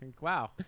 Wow